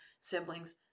siblings